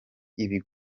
ibi